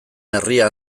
herria